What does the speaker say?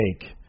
take